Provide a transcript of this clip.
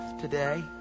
today